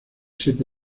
siete